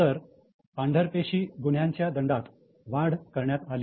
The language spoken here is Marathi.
तर पांढरपेशी गुन्ह्यांच्या दंडात वाढ करण्यात आली